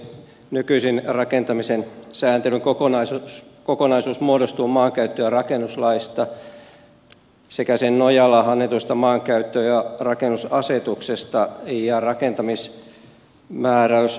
nykyisin rakentamisen sääntelyn kokonaisuus muodostuu maankäyttö ja rakennuslaista sekä sen nojalla annetuista maankäyttö ja rakennusasetuksesta ja rakentamismääräyskokoelmasta